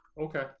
okay